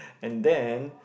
and then